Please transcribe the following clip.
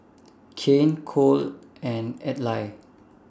Kanye Cole and Adlai